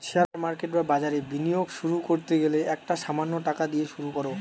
share market বা বাজারে বিনিয়োগ শুরু করতে গেলে একটা সামান্য টাকা দিয়ে শুরু করো